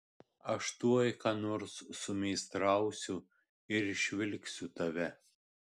aš tuoj ką nors sumeistrausiu ir išvilksiu tave